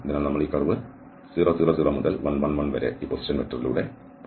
അതിനാൽ നമ്മൾ ഈ കർവ് ഈ 0 0 0 മുതൽ 1 1 1 വരെ ഈ പൊസിഷൻ വെക്റ്ററിലൂടെ പോകുന്നു